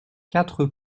quatre